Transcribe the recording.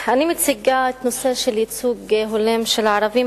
אני מציגה נושא של ייצוג הולם של הערבים,